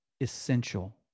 essential